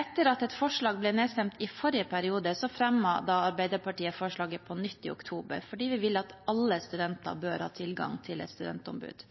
Etter at et forslag ble nedstemt i forrige periode, fremmet Arbeiderpartiet forslaget på nytt i oktober fordi vi vil at alle studenter bør ha tilgang til et studentombud.